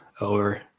over